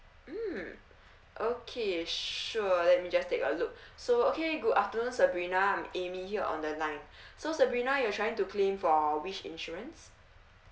mm okay sure let me just take a look so okay good afternoon sabrina I'm amy here on the line so sabrina you are trying to claim for which insurance